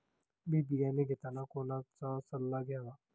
बी बियाणे घेताना कोणाचा सल्ला घ्यावा?